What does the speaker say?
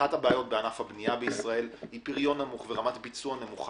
אחת הבעיות בענף הבנייה בישראל היא פריון נמוך ורמת ביצוע נמוכה